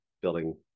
building